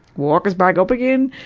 walk us back up again.